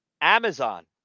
Amazon